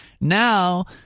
now